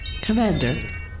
Commander